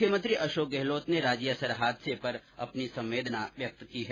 मुख्यमंत्री अशोक गहलोत ने राजियासर हादसे पर अपनी संवेदना व्यक्त की है